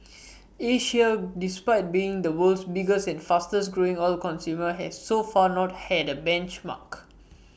Asia despite being the world's biggest and fastest growing oil consumer has so far not had A benchmark